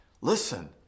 Listen